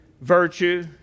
virtue